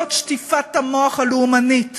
זאת שטיפת המוח הלאומנית